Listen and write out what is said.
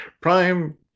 prime